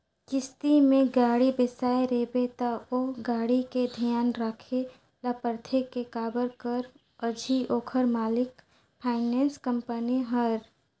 किस्ती में गाड़ी बिसाए रिबे त ओ गाड़ी के धियान राखे ल परथे के काबर कर अझी ओखर मालिक फाइनेंस कंपनी हरय